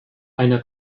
einer